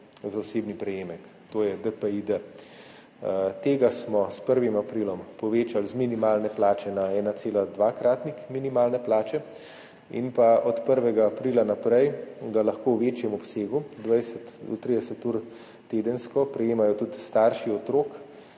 za osebni prejemek. To je DPID. Tega smo s 1. aprilom povečali z minimalne plače na 1,2 dvakratnik minimalne plače in pa od 1. aprila naprej ga lahko v večjem obsegu, 20 do 30 ur tedensko prejemajo tudi starši otrok,